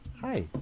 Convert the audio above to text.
Hi